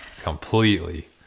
Completely